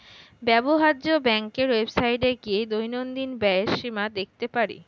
ব্যবহার্য ব্যাংকের ওয়েবসাইটে গিয়ে দৈনন্দিন ব্যয়ের সীমা দেখতে পারি